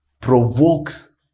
provokes